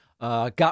Got